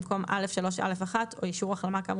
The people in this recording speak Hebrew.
במקום (א)(3)(א)(1) "או אישור החלמה כאמור